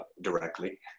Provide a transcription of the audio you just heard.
directly